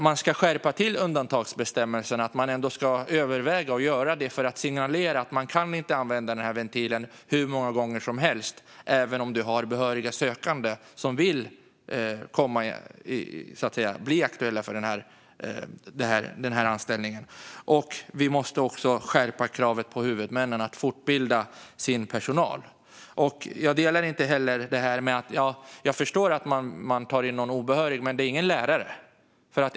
Man ska överväga att skärpa undantagsbestämmelsen för att signalera att den här ventilen inte kan användas hur många gånger som helst när det finns behöriga sökande som vill bli aktuella för den ifrågavarande anställningen. Vi måste också skärpa kravet på huvudmännen att fortbilda sin personal. Jag förstår att man kan ta in någon obehörig, men det är ingen lärare.